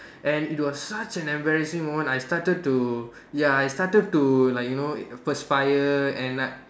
and it was such an embarrassing moment I started to ya I started to like you know perspire and I